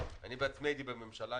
אני עצמי הייתי בממשלה,